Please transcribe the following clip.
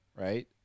Right